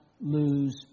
lose